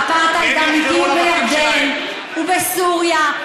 האפרטהייד האמיתי הוא בירדן, הוא בסוריה.